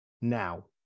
now